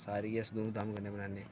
सारे गै अस धूम धाम कन्नै मनांने